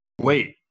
Wait